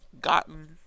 gotten